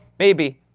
maybe.